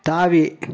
தாவி